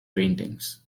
paintings